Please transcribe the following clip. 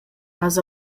has